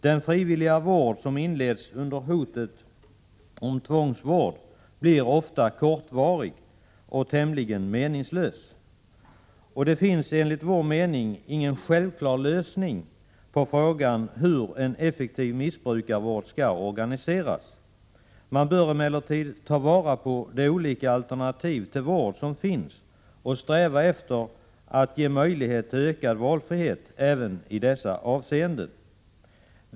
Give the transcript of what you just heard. Den frivilliga vård som inleds under hotet om tvångsvård blir ofta kortvarig och tämligen meningslös. Det finns enligt vår mening ingen självklar lösning på frågan hur en effektiv missbrukarvård skall organiseras. Man bör emellertid ta vara på de olika alternativ till vård som finns och sträva efter att ge möjlighet till ökad valfrihet även i dessa avseenden.